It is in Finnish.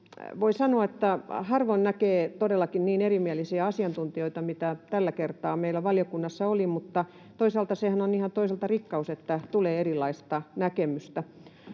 voi sanoa, että harvoin näkee todellakin niin erimielisiä asiantuntijoita, mitä tällä kertaa meillä valiokunnassa oli — mutta toisaaltahan se on rikkaus, että tulee erilaista näkemystä.